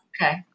Okay